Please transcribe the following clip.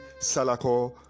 Salako